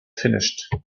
finished